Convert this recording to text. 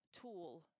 tool